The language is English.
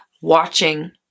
watching